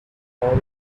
old